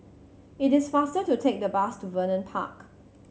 it is faster to take the bus to Vernon Park